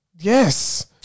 Yes